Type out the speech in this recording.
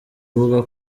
avuga